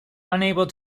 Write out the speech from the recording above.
unable